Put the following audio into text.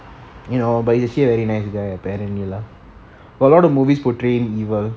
you know but he is a very nice guy apparently lah a lot of movies portraying evil